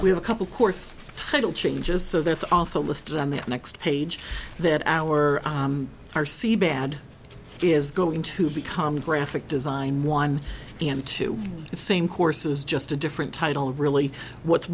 we have a couple course title changes so there's also listed on the next page that our r c bad is going to become graphic design one and two same courses just a different title really what's